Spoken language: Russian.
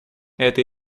это